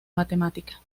matemática